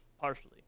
Partially